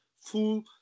full